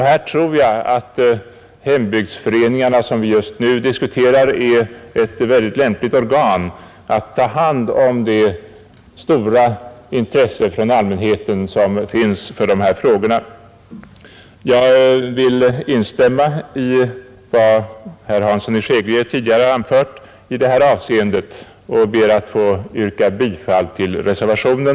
Jag tror att hembygdsföreningarna som vi just nu diskuterar är lämpliga organ för att ta hand om det stora intresse som finns hos allmänheten för dessa frågor. Jag vill instämma i vad herr Hansson i Skegrie anfört i det här avseendet och ber att få yrka bifall till reservationen.